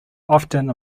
often